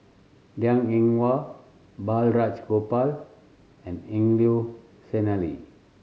Liang Eng Hwa Balraj Gopal and Angelo Sanelli